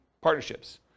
partnerships